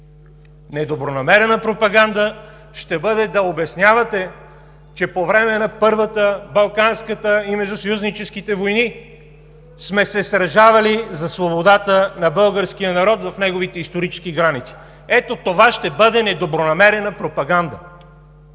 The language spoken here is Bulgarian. Недобронамерена пропаганда ще бъде да обяснявате, че по време на Първата, Балканската и Междусъюзническите войни сме се сражавали за свободата на българския народ в неговите исторически граници. Ето това ще бъде недобронамерена пропаганда.